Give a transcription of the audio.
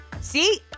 See